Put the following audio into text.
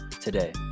today